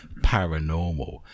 paranormal